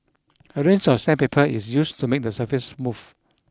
a range of sandpaper is used to make the surface smooth